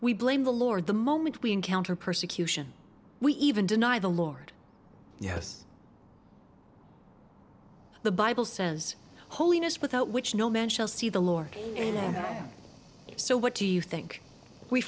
we blame the lord the moment we encounter persecution we even deny the lord yes the bible says holiness without which no man shall see the lord and so what do you think we